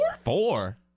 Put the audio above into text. Four